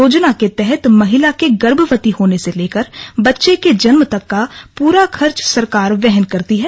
योजना के तहत महिला के गर्भवती होने से लेकर बच्चे के जन्म तक का पूरा खर्च सरकार वहन करती है